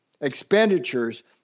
expenditures